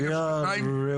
זו סוגיה ראויה.